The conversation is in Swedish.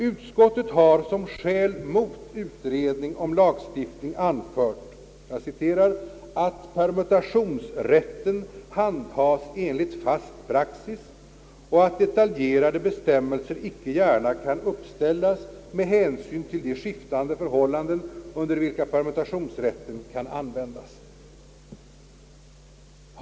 Utskottet har som skäl mot utredning om en lagstiftning anfört, att »permutationsrätten redan handhas enligt fast praxis och vidare att detaljerade bestämmelser icke gärna kan uppställas med hänsyn till de skiftande förhållanden, under vilka permutationsrätten kan användas».